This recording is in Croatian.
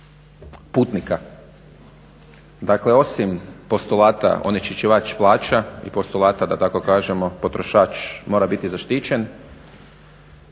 putnika. Dakle, osim postulata onečišćivač plaća i postulata da tako kažemo potrošač mora biti zaštićen,